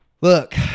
look